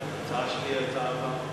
ההצעה שלי היא ההצעה הבאה.